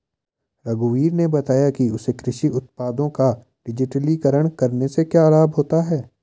रघुवीर ने बताया कि उसे कृषि उत्पादों का डिजिटलीकरण करने से क्या लाभ होता है